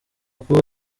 kuba